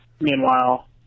Meanwhile